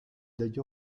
dagli